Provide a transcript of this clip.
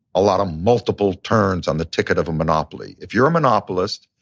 a lotta multiple turns on the ticket of a monopoly. if you're a monopolist,